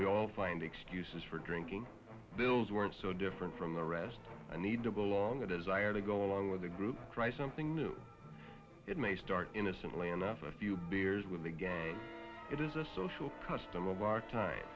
we all find excuses for drinking those words so different from the rest i need to belong a desire to go along with the group try something new it may start innocently enough a few beers with it is a social custom of our time